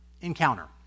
encounter